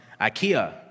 Ikea